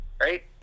right